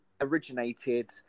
originated